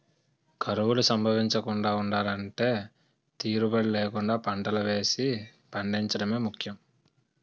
కరువులు సంభవించకుండా ఉండలంటే తీరుబడీ లేకుండా పంటలు వేసి పండించడమే ముఖ్యం